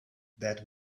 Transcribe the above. that